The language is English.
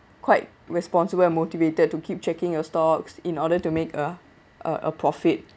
quite responsible and motivated to keep checking your stocks in order to make uh uh a profit